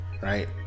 right